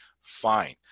fine